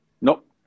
nope